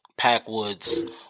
Packwoods